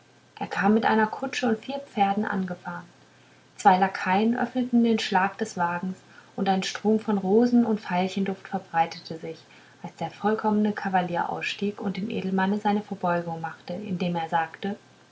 er kam mit einer kutsche und vier pferden angefahren zwei lakaien öffneten den schlag des wagens und ein strom von rosen und veilchenduft verbreitete sich als der vollkommene kavalier ausstieg und dem edelmanne seine verbeugung machte indem er sagte